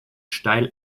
steil